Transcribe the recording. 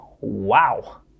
wow